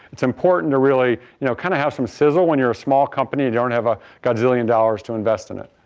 it's important to really you know kind of have some sizzle when you're a small company, you don't have a gazillion dollars to invest in it.